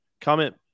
comment